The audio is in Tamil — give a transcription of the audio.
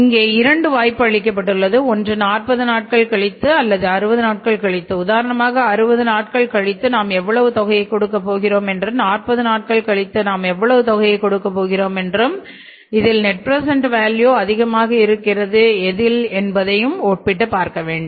இங்கே இரண்டு வாய்ப்பு அளிக்கப்பட்டுள்ளது ஒன்று 40 நாட்கள் கழித்து அல்லது 60 நாட்கள் கழித்து உதாரணமாக 60 நாட்கள் கழித்து நாம் எவ்வளவு தொகையை கொடுக்க போகிறோம் என்றும் 40 நாட்கள் கழித்து நாம் எவ்வளவு தொகையை கொடுக்க போகிறோம் இதில் நெட் பிரசெண்ட் வேல்யூ எது அதிகமாக இருக்கிறது என்பதை ஒப்பிட்டு பார்க்க வேண்டும்